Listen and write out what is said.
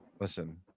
Listen